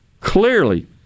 Clearly